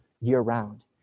year-round